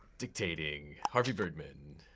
dictating, harvey birdman.